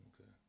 Okay